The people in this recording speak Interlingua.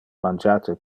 mangiate